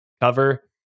cover